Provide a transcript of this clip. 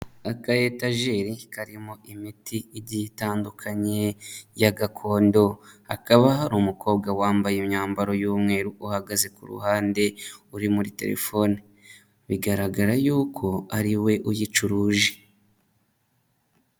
Akayetajeri karimo imiti igiye itandukanye ya gakondo, hakaba hari umukobwa wambaye imyambaro y'umweru uhagaze ku ruhande, uri muri telefone, bigaragara yuko ari we uyicuruje.